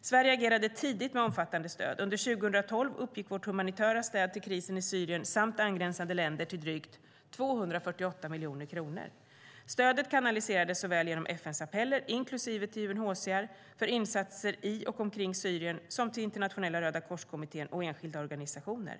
Sverige agerade tidigt med omfattande stöd. Under 2012 uppgick vårt humanitära stöd till krisen i Syrien och till angränsande länder till drygt 248 miljoner kronor. Stödet kanaliserades såväl genom FN:s appeller, inklusive till UNHCR, för insatser i och omkring Syrien som till Internationella Rödakorskommittén och enskilda organisationer.